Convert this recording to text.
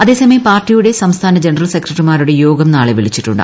അതേസമയം പാർട്ടിയുടെ സംസ്ഥാന ജനറൽ സെക്രട്ടറിമാരുടെ യോഗം നാളെ വിളിച്ചിട്ടുണ്ട്